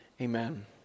Amen